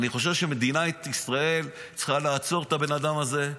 אני חושב שמדינת ישראל צריכה לעצור את הבן אדם הזה,